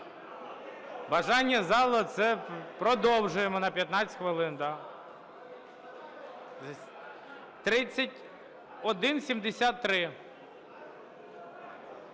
Бажання залу, це… Продовжуємо на 15 хвилин. 3173,